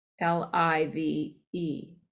L-I-V-E